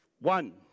One